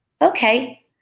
Okay